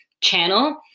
channel